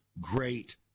great